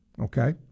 Okay